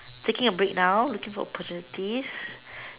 taking a break now looking for opportunities